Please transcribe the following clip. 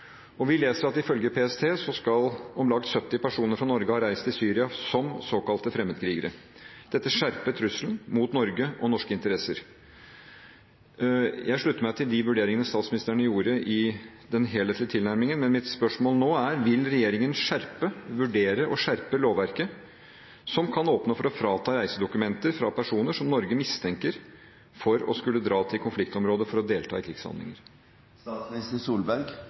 Vi leser at ifølge PST skal om lag 70 personer fra Norge ha reist til Syria som såkalte fremmedkrigere. Dette skjerper trusselen mot Norge og norske interesser. Jeg slutter meg til de vurderingene statsministeren gjorde i den helhetlige tilnærmingen, men mitt spørsmål nå er: Vil regjeringen vurdere å skjerpe lovverket som kan åpne for å frata reisedokumenter til personer som Norge mistenker for å skulle dra til konfliktområder for å delta i